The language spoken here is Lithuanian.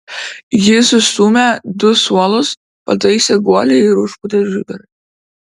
ji sustūmę du suolus pataisė guolį ir užpūtė žiburį